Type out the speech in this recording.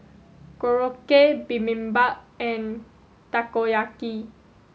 Korokke Bibimbap and Takoyaki